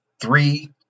three